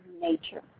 nature